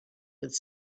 with